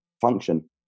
function